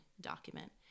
document